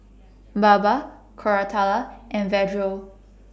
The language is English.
Baba Koratala and Vedre